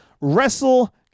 Wrestle